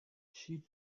she